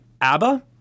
ABBA